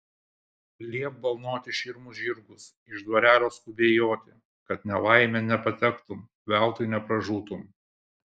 liepk balnoti širmus žirgus iš dvarelio skubiai joti kad nelaimėn nepatektum veltui nepražūtum